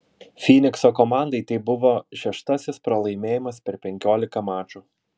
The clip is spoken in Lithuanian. fynikso komandai tai buvo šeštasis pralaimėjimas per penkiolika mačų